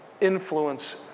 influence